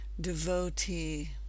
devotee